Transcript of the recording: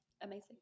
Amazing